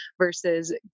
versus